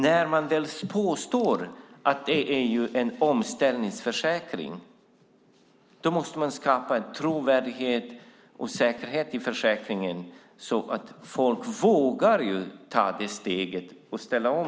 När man påstår att det är en omställningsförsäkring måste man skapa en trovärdighet och säkerhet i försäkringen så att folk vågar ta steget och ställa om.